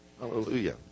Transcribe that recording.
Hallelujah